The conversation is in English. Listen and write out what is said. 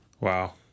Wow